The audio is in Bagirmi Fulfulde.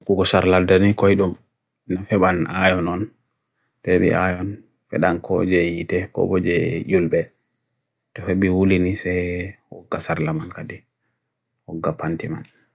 Koukosar lalde ni koi dum na feban ayonon, debi ayon, pedan ko je ite, ko boje yulbe, debi wuli ni se ukasarlaman gade, ukapan timan.